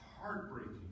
heartbreaking